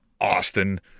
Austin